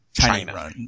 China